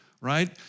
right